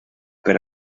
per